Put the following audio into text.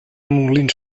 molins